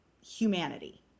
humanity